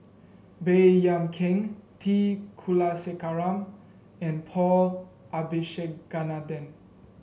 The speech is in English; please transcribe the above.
Baey Yam Keng T Kulasekaram and Paul Abisheganaden